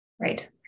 Right